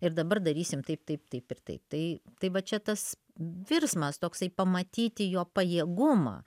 ir dabar darysim taip taip taip ir taip tai tai va čia tas virsmas toksai pamatyti jo pajėgumą